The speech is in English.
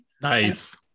Nice